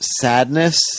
sadness